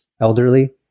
elderly